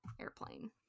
airplane